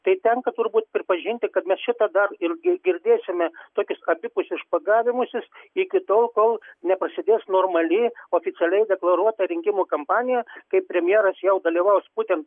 tai tenka turbūt pripažinti kad mes šitą dar ir ir girdėsime tokius abipusius špagavimusis iki tol kol neprasidės normali oficialiai deklaruota rinkimų kampanija kai premjeras jau dalyvaus būtent